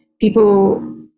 people